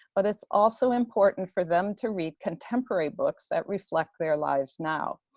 but it's also important for them to read contemporary books that reflect their lives now.